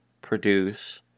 produce